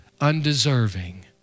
undeserving